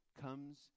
comes